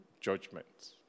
judgments